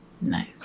nice